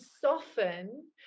soften